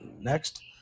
next